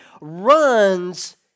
runs